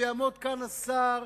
ויעמוד כאן השר,